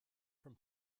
from